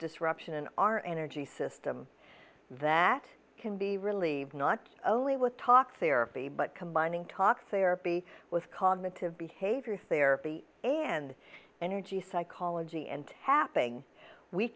disruption in our energy system that can be relieved not only with talk therapy but combining talk therapy with cognitive behavior therapy and energy psychology and tapping we